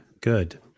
good